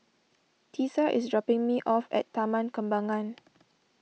Tisa is dropping me off at Taman Kembangan